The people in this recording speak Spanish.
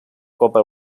copa